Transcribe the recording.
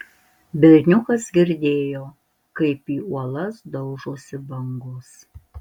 berniukas girdėjo kaip į uolas daužosi bangos